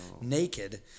naked